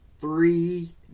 three